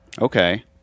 Okay